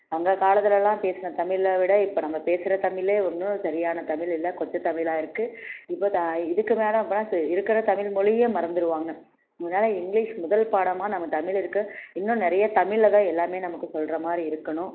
அந்த காலத்திலலாம் பேசின தமிழை விட இப்போ நம்ம பேசுகிற தமிழ் ஒன்றும் சரியான தமிழ் இல்லை கொச்சை தமிழாக இருக்கு இப்போ இதுக்கு மேலே போனால் இருக்கிற தமிழ் மொழி மறந்திருவாங்க முன்னால் இங்கிலிஷ் முதல் பாடமாக நம்ம தமிழ் இருக்க இன்னும் நிறைய தமிழில் தான் எல்லாம் நமக்கு சொல்கிற மாதிரி இருக்கணும்